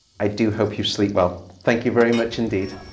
i do hope you sleep well. thank you very much indeed.